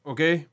Okay